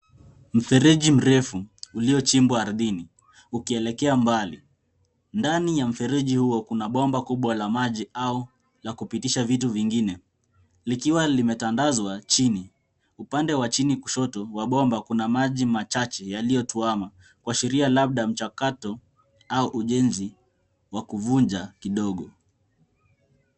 Mfereji mrefu uliochimbwa ardhini ukielekea mbali. Ndani ya mfereji huo kuna bomba kubwa la maji au la kupitisha vitu vingine likiwa limetandazwa chini. Upande wa chini kushoto wa bomba kuna maji machache yaliyotuama kuashiria labda mchakato au ujenzi wa kuvunja kidogo.